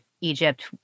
Egypt